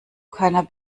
keiner